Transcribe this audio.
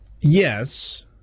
yes